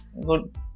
good